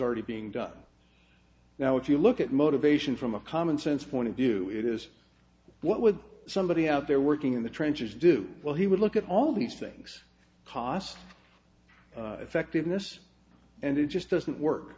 already being done now if you look at motivation from a common sense point to do it is what would somebody out there working in the trenches do well he would look at all these things cost effectiveness and it just doesn't work